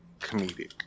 comedic